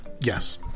Yes